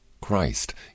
Christ